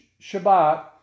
Shabbat